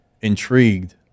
intrigued